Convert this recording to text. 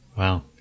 Wow